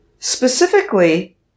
Specifically